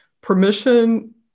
permission